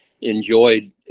enjoyed